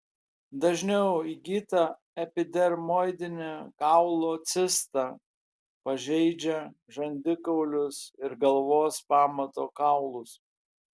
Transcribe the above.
dažniau įgyta epidermoidinė kaulo cista pažeidžia žandikaulius ir galvos pamato kaulus